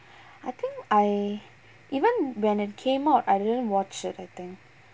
I think I even when it came out I didn't watch it I think